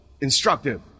instructive